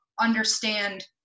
understand